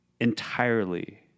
entirely